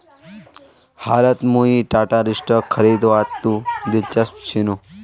हालत मुई टाटार स्टॉक खरीदवात दिलचस्प छिनु